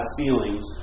feelings